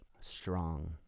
strong